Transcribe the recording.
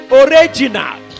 original